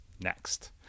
next